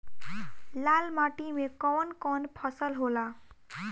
लाल माटी मे कवन कवन फसल होला?